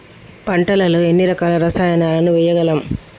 పంటలలో ఎన్ని రకాల రసాయనాలను వేయగలము?